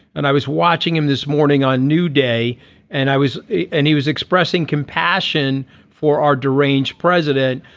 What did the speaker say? and i was watching him this morning on new day and i was and he was expressing compassion for our deranged president.